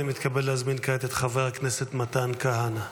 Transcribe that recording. אני מתכבד להזמין כעת את חבר הכנסת מתן כהנא.